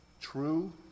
true